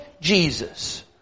Jesus